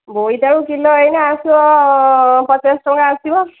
ବୋଇତାଳୁ କିଲୋ ଏଇନା ଆସ ପଚାଶ ଟଙ୍କା ଆସିବ